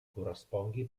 correspongui